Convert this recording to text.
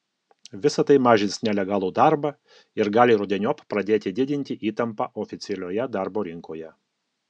visa tai mažins nelegalų darbą ir gali rudeniop pradėti didinti įtampą oficialioje darbo rinkoje